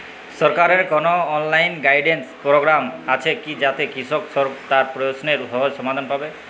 সরকারের কোনো online guidance programme আছে কি যাতে কৃষক তার প্রশ্নের সহজ সমাধান পাবে?